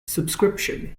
subscription